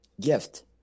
gift